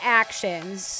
actions